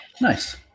Nice